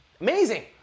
amazing